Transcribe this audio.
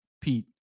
Pete